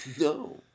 No